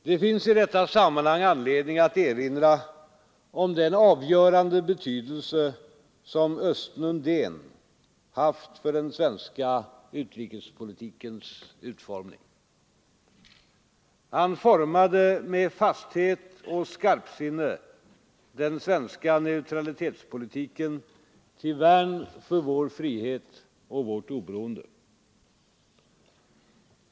Det finns i detta sammanhang anledning att erinra om den avgörande betydelse som Östen Undén haft för den svenska utrikespolitikens utformning. Han formade med fasthet och skarpsinne den svenska neutralitetspolitiken, till värn för vår frihet och vårt oberoende.